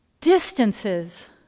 distances